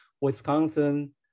Wisconsin